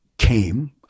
Came